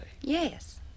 Yes